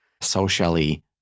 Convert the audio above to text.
socially